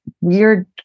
weird